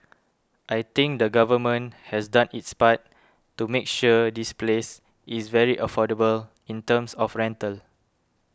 I think the government has done its part to make sure this place is very affordable in terms of rental